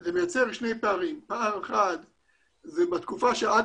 זה מייצר שני פערים: פער אחד הוא שבתקופה עד